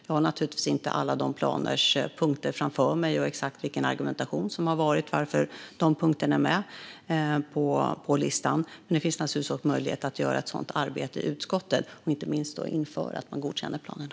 Jag har naturligtvis inte alla punkterna framför mig och den exakta argumentationen för att dessa punkter är med på listan, men det finns möjlighet att göra ett sådant arbete i utskottet, inte minst inför att man godkänner planerna.